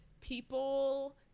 people